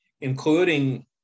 including